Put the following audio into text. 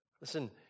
Listen